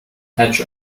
hatch